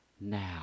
now